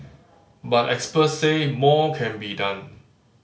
but experts say more can be done